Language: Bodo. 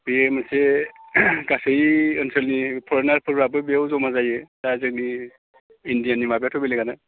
बे मोनसे गासै ओनसोलनि फरेनारफोराबो बेयाव जमा जायो दा जोंनि इन्डियानि माबायाथ' बेलेगानो